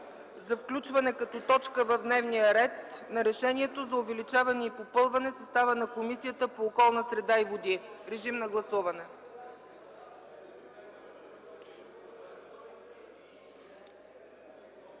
за включване като точка в дневния ред на Решението за увеличаване и попълване на състава на Комисията по околната среда и водите.